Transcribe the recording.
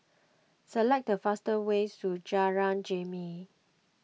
select the fastest ways to Jalan Jermin